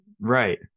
Right